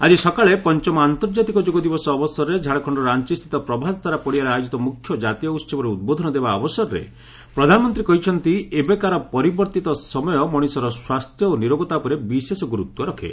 ଆକି ସକାଳେ ପଞ୍ଚମ ଆନ୍ତର୍ଜାତିକ ଯୋଗ ଦିବସ ଅବସରରେ ଝାଡଖଣ୍ଡର ରାଞ୍ଚସ୍ରିତ ପ୍ରଭାତତାରା ପଡ଼ିଆରେ ଆୟୋଜିତ ମ୍ରଖ୍ୟ ଜାତୀୟ ଉହବରେ ଉଦ୍ବୋଧନ ଦେବା ଅବସରରେ ପ୍ରଧାନମନ୍ତ୍ରୀ କହିଛନ୍ତି ଏବେକାର ପରିବର୍ତ୍ତିତ ସମୟ ମଣିଷର ସ୍ୱାସ୍ଥ୍ୟ ଓ ନିରୋଗତା ଉପରେ ବିଶେଷ ଗୁରୁତ୍ୱ ରଖେ